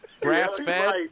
grass-fed